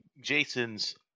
Jason's